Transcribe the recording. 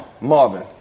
Marvin